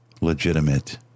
legitimate